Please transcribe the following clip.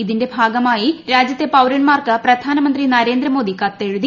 ഇതിന്റെ ഭാഗമായി രാജ്യത്തെ പൌരന്മാർക്ക് പ്രധാനമന്ത്രി നരേന്ദ്രമോദി കത്ത് എഴുതി